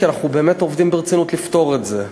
כי אנחנו באמת עובדים ברצינות לפתור את זה,